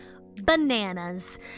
bananas